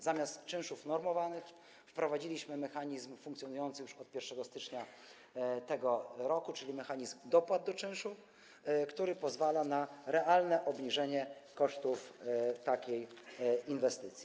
Zamiast czynszów normowanych wprowadziliśmy mechanizm funkcjonujący już od 1 stycznia tego roku, czyli mechanizm dopłat do czynszu, który pozwala na realne obniżenie kosztów takiej inwestycji.